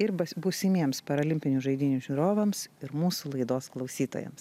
ir bas būsimiems paralimpinių žaidynių žiūrovams ir mūsų laidos klausytojams